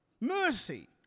mercy